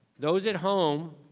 those at home,